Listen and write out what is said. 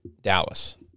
Dallas